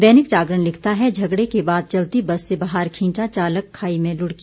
दैनिक जागरण लिखता है झगड़े के बाद चलती बस से बाहर खींचा चालक खाई में लुढ़की